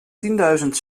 tienduizend